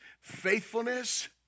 faithfulness